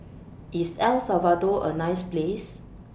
IS El Salvador A nice Place